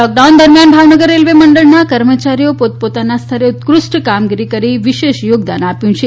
lockdown દરમિયાન Bhavnagar railway મંડળના કર્મચારીઓ પોત પોતાના સ્તરે ઉત્કૃષ્ટ કામગીરી કરી વિશેષ યોગદાન આપ્યું છે